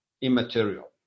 immaterial